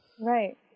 right